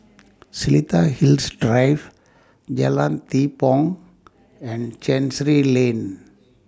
Seletar Hills Drive Jalan Tepong and Chancery Lane